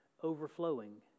overflowing